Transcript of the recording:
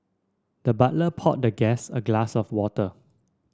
the butler poured the guest a glass of water